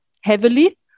heavily